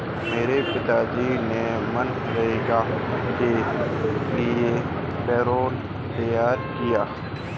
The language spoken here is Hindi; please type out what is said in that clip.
मेरे पिताजी ने मनरेगा के लिए पैरोल तैयार किया